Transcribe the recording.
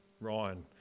Ryan